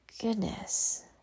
goodness